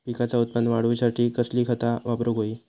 पिकाचा उत्पन वाढवूच्यासाठी कसली खता वापरूक होई?